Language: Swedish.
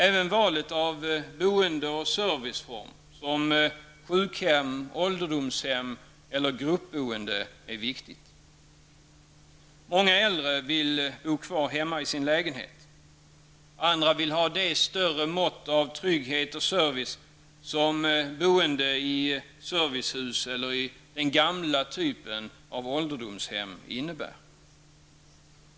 Även valet av boende och serviceform som sjukhem, ålderdomshem eller gruppboende är viktigt. Många äldre vill bo kvar hemma i sin lägenhet. Andra vill ha det större mått av trygghet och service som boende i servicehus eller i den gamla typen av ålderdomshem innebär.